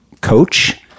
coach